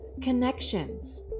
Connections